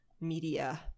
media